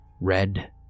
red